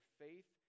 faith